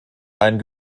ein